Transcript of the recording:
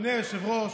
היושב-ראש,